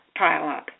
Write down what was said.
pileup